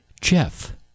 Jeff